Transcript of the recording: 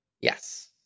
Yes